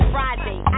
Friday